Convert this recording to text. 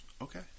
Okay